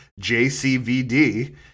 jcvd